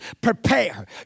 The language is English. Prepare